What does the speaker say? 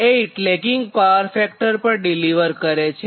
8 lagging power factor પર deliver કરે છે